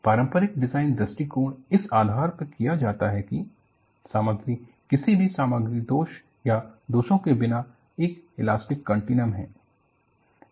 पारंपरिक डिजाइन दृष्टिकोण इस आधार पर किया जाता है कि सामग्री किसी भी सामग्री दोष या दोषों के बिना एक इलास्टिक कंटीनम है